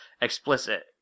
explicit